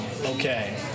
okay